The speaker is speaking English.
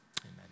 Amen